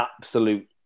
absolute